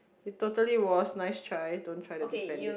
it totally was nice try don't try to defend it